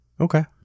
okay